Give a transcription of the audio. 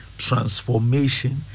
transformation